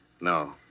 No